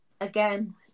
again